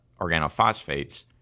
organophosphates